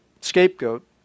scapegoat